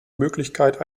möglichkeit